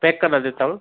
pack करा देता हूँ